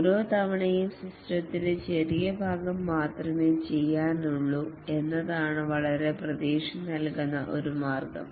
ഓരോ തവണയും സിസ്റ്റത്തിന്റെ ചെറിയ ഭാഗം മാത്രമേ ചെയ്യുന്നുള്ളൂ എന്നതാണ് വളരെ പ്രതീക്ഷ നൽകുന്ന ഒരു മാർഗം